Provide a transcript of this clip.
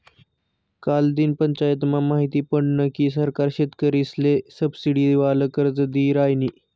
कालदिन पंचायतमा माहिती पडनं की सरकार शेतकरीसले सबसिडीवालं कर्ज दी रायनी